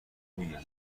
میگم